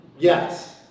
Yes